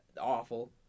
awful